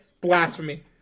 Blasphemy